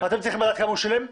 אתם צריכים לדעת כמה הוא שילם?